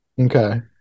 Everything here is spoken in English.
okay